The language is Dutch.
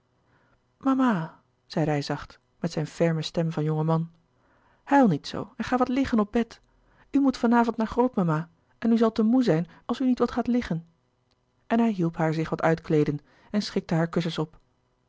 mama zeide hij zacht met zijn ferme stem van jongen man huil niet zoo en ga wat liggen op bed u moet van avond naar grootmama en u zal te moê zijn als u niet wat gaat liggen en hij hielp haar zich wat uitkleeden en schikte hare kussens op